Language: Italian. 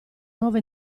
nuova